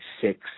six